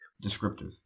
Descriptive